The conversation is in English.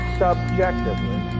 subjectively